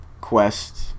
quest